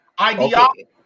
Ideology